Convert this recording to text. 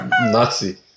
Nazi